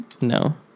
No